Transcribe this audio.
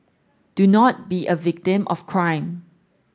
do not be a victim of crime